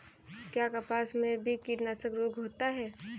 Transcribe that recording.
क्या कपास में भी कीटनाशक रोग होता है?